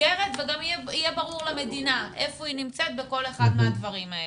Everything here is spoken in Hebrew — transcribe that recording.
למסגרת וגם יהיה ברור למדינה היכן היא נמצאת בכל אחד מהדברים האלה.